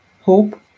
hope